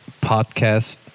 podcast